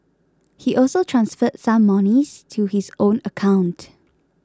he also transferred some monies to his own account